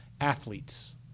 athletes